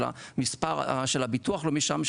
מספר הביטוח הלאומי שם,